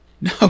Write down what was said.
No